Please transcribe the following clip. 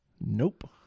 Nope